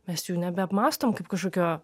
mes jų nebeapmąstome kaip kažkokio